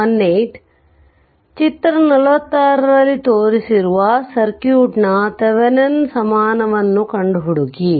18 figure 46 ರಲ್ಲಿ ತೋರಿಸಿರುವ ಸರ್ಕ್ಯೂಟ್ನ ಥೆವೆನಿನ್ ಸಮಾನವನ್ನು ಕಂಡು ಹುಡುಕಿ